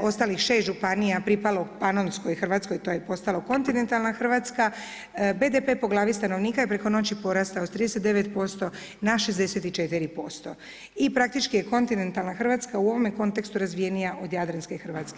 ostalih šest županija pripalo Panonskoj Hrvatskoj i to je postalo kontinentalna Hrvatska BDP po glavi stanovnika je preko noći porastao s 39% na 64% i praktički je kontinentalna Hrvatska u ovome kontekstu razvijenija od jadranske Hrvatske.